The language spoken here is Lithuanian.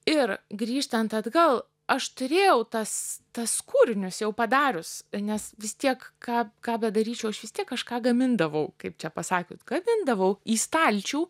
ir grįžtant atgal aš turėjau tas tas kūrinius jau padarius nes vis tiek ką ką bedaryčiau aš vis tiek kažką gamindavau kaip čia pasakius gamindavau į stalčių